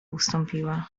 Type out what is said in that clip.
ustąpiła